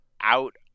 out